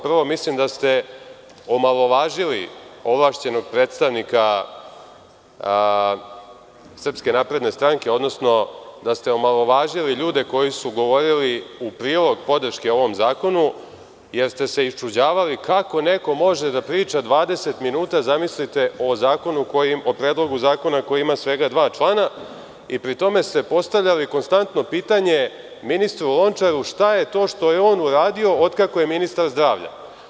Prvo, mislim da ste omalovažili ovlašćenog predstavnika SNS, odnosno da ste omalovažili ljude koji su govorili u prilog podrške ovom zakonu jer ste se isčuđavali kako neko može da pita 20 minuta o zakonu koji ima svega dva člana i pri tom ste postavljali konstantno pitanje ministru Lončaru – šta je to što je on uradio od kako je ministar zdravlja?